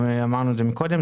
אמרנו זאת קודם.